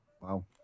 Wow